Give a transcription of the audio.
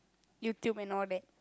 YouTube and all that